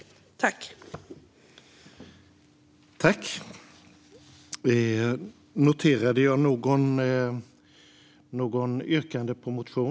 Jag yrkar bifall till reservation nummer 2.